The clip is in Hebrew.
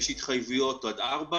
יש התחייבויות עד 4 מיליארד.